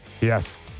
Yes